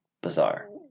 Bizarre